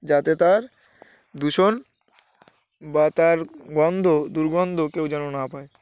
যাতে তার দূষণ বা তার গন্ধ দুর্গন্ধ কেউ যেন না পায়